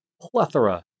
plethora